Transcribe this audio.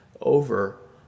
over